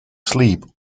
sleep